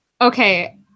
okay